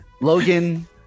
Logan